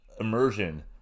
immersion